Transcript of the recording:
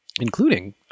including